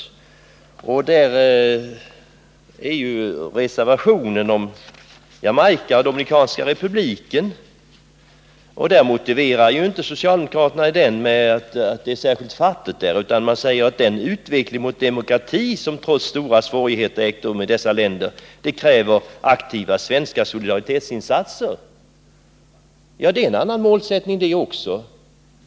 I socialdemokraternas reservation om Jamaica och Dominikanska republiken är ju inte motiveringen att det skulle vara särskilt fattigt i dessa länder. Det heter ju: ”Den utveckling mot demokrati som trots stora svårigheter ägt rum i dessa länder kräver aktiva svenska solidaritetsinsatser.” Det är en annan målsättning det också.